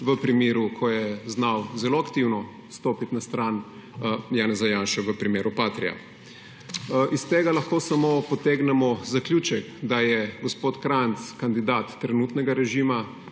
v primeru, ko je znal zelo aktivno stopiti na stran Janeza Janše v primeru Patria, lahko samo potegnemo zaključek, da je gospod Krajnc kandidat trenutnega režima